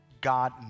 God